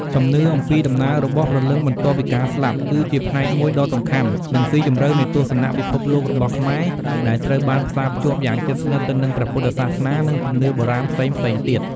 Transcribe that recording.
ជំនឿអំពីដំណើររបស់ព្រលឹងបន្ទាប់ពីការស្លាប់ គឺជាផ្នែកមួយដ៏សំខាន់ និងស៊ីជម្រៅនៃទស្សនៈពិភពលោករបស់ខ្មែរ ដែលត្រូវបានផ្សារភ្ជាប់យ៉ាងជិតស្និទ្ធទៅនឹងព្រះពុទ្ធសាសនា និងជំនឿបុរាណផ្សេងៗទៀត។